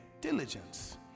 diligence